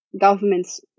governments